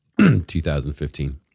2015